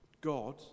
God